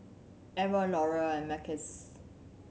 M One Laurier and Mackays